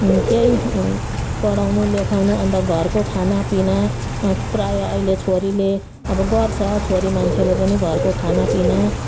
केही पढाउनु लेखाउनु अन्त घरको खानापिना प्रायः अहिले छोरीले अब गर्छ छोरी मान्छेले पनि घरको खानापिना